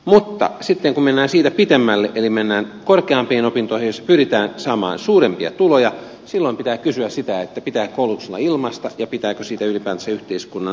mutta sitten kun mennään siitä pitemmälle eli mennään korkeampiin opintoihin joissa pyritään saamaan suurempia tuloja silloin pitää kysyä sitä pitääkö koulutuksen olla ilmaista ja pitääkö siitä ylipäätänsä yhteiskunnan maksaa